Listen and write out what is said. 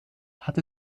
hatte